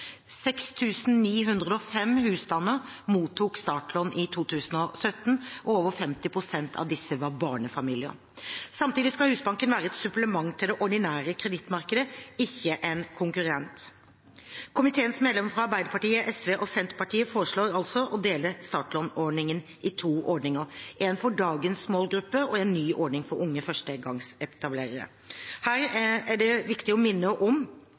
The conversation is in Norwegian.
mottok startlån i 2017, og over 50 pst. av disse var barnefamilier. Samtidig skal Husbanken være et supplement til det ordinære kredittmarkedet, ikke en konkurrent. Komiteens medlemmer fra Arbeiderpartiet, SV og Senterpartiet foreslår altså å dele startlånsordningen i to ordninger: én for dagens målgruppe og en ny ordning for unge førstegangsetablerere. Her er det viktig å minne om